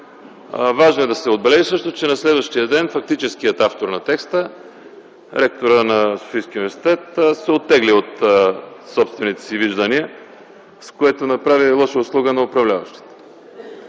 Важно е да се отбележи също, че на следващия ден фактическият автор на текста – ректорът на Софийския университет, се оттегля от собствените си виждания, с което направи лоша услуга на управляващите,